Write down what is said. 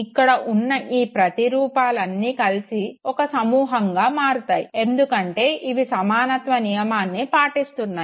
ఇక్కడ ఉన్న ఈ ప్రతిరూపాలు అన్నీ కలిసి ఒక సమూహంగా మారుతాయి ఎందుకంటే ఇవి సమానత్వ నియమాన్ని పాటిస్తున్నాయి